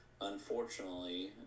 unfortunately